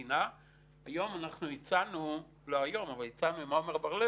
המדינה החליטה שהיא לוקחת את כל נושא המילואים ומעבירה את התקציב